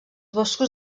boscos